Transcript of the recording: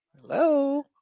Hello